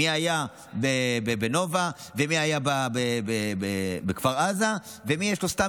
מי היה בנובה ומי היה בכפר עזה ומי יש לו סתם